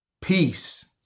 peace